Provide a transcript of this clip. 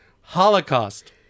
Holocaust